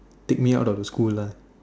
take me out of the school lah